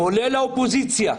לבעלי האולמות,